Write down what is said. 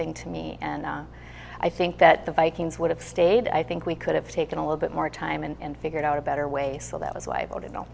thing to me and i think that the vikings would have stayed i think we could have taken a little bit more time and figured out a better way so that was why voted no